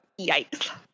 Yikes